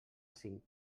cinc